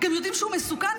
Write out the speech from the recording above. גם יודעים שהוא מסוכן,